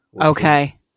okay